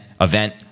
event